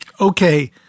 Okay